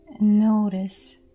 notice